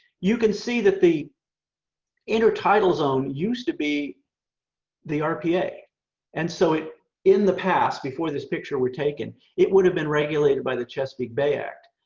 you can see that the intertidal zone used to be the rpa and so it in the past, before this picture were taken it would have been regulated by the chesapeake bay act.